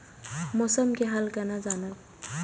मौसम के हाल केना जानब?